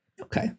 Okay